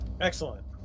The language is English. Excellent